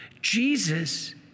Jesus